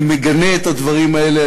אני מגנה את הדברים האלה.